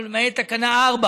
ולמעט תקנה 4